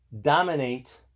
dominate